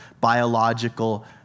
biological